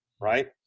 right